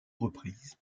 reprises